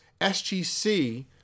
SGC